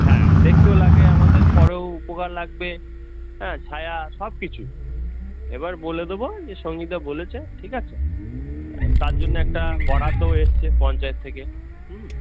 হ্যাঁ দেখতেও লাগে আমাদের পরেও উপকার লাগবে হ্যাঁ ছায়া সব কিছুই এবার বলে দেবো যে সঞ্জীবদা বলেছে ঠিক আছে তার জন্য একটা বরাদ্দও এসেছে পঞ্চায়েত থেকে হুম